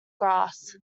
grass